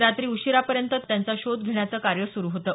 रात्री उशीरापर्यंत त्यांचा शोध घेण्याचं कार्य सुरु होतं